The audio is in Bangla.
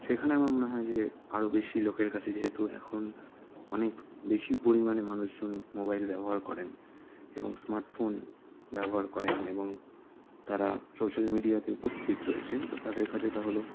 সেখানে আমার মনে হয় যে আরো বেশি লোকের কাছে যেহেতু এখন অনেক বেশি পরিমাণে মানুষজন মোবাইল ব্যবহার করেন এবং স্মার্টফোন ব্যবহার করেন এবং তারা সোশ্যাল মিডিয়াতে উপস্থিত রয়েছেন তো তাদের কাছে তাহলে